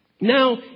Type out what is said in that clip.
now